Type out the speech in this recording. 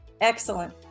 Excellent